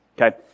okay